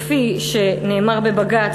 כפי שנאמר בבג"ץ,